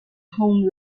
home